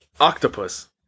Octopus